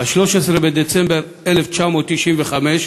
13 בדצמבר 1995,